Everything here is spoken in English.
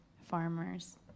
farmers